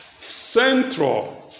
central